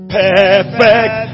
perfect